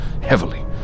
Heavily